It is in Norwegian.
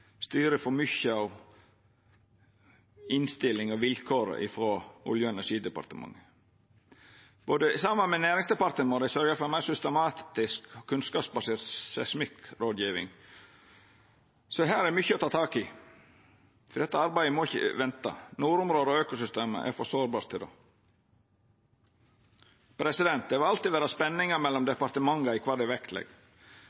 for mykje av innstillinga i og vilkåra frå Olje- og energidepartementet. Saman med Nærings- og fiskeridepartementet må dei sørgja for ei meir systematisk og kunnskapsbasert seismikkrådgjeving. Her er det mykje å ta tak i, for dette arbeidet må ein ikkje venta med. Nordområda og økosystemet er for sårbare til det. Det vil alltid vera spenningar mellom